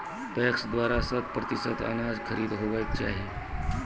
PACS द्वारा शत प्रतिसत अनाज खरीद हेवाक चाही?